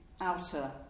outer